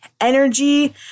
energy